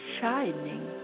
shining